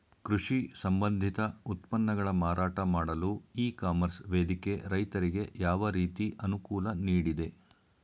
ಕೃಷಿ ಸಂಬಂಧಿತ ಉತ್ಪನ್ನಗಳ ಮಾರಾಟ ಮಾಡಲು ಇ ಕಾಮರ್ಸ್ ವೇದಿಕೆ ರೈತರಿಗೆ ಯಾವ ರೀತಿ ಅನುಕೂಲ ನೀಡಿದೆ?